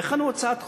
והכנו הצעת חוק.